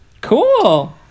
Cool